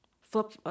Flip